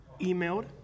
emailed